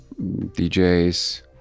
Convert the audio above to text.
djs